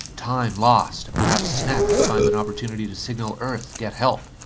time lost and perhaps snap could find an opportunity to signal earth, get help.